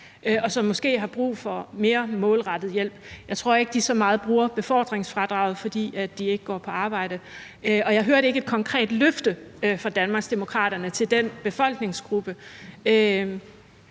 og som måske har brug for mere målrettet hjælp. Jeg tror ikke, at de bruger befordringsfradraget så meget, fordi de ikke går på arbejde, og jeg hørte ikke et konkret løfte fra Danmarksdemokraternes side til den befolkningsgruppe